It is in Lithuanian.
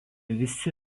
visi